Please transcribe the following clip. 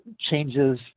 changes